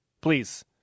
Please